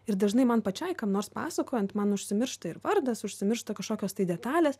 ir dažnai man pačiai kam nors pasakojant man užsimiršta ir vardas užsimiršta kažkokios tai detalės